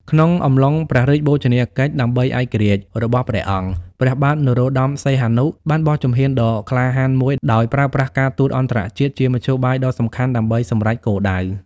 ក្នុងអំឡុង ព្រះរាជបូជនីយកិច្ចដើម្បីឯករាជ្យ របស់ព្រះអង្គ ព្រះបាទនរោត្ដម សីហនុ បានបោះជំហានដ៏ក្លាហានមួយ ដោយប្រើប្រាស់ការទូតអន្តរជាតិជាមធ្យោបាយដ៏សំខាន់ដើម្បីសម្រេចគោលដៅ។